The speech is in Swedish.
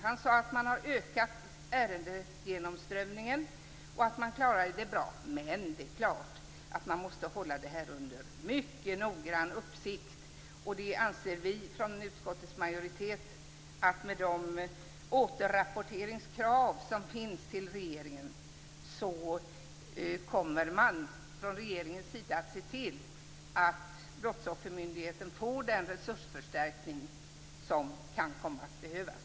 Han sade att man har ökat ärendegenomströmningen och att man klarade det bra. Men det är klart att detta måste hållas under mycket noggrann uppsikt. Med de återrapporteringskrav som finns till regeringen förutsätter vi i utskottets majoritet att regeringen kommer att se till att Brottsoffermyndigheten får den resursförstärkning som kan komma att behövas.